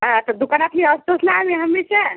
हा आता दुकानातही असतोच ना आम्ही हमीच्या